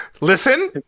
listen